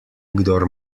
kdor